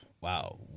wow